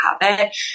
habit